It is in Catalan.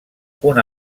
una